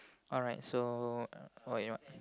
alright so uh oh it what